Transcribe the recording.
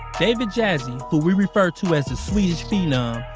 david jassy, who we refer to as the swedish phenom,